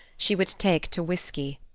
she would take to whiskey.